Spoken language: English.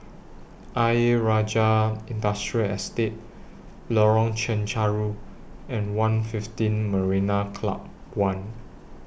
Ayer Rajah Industrial Estate Lorong Chencharu and one'fifteen Marina Club one